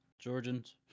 Georgians